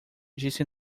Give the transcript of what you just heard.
disse